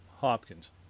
Hopkins